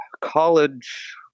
college